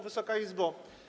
Wysoka Izbo!